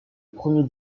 premier